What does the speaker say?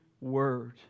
word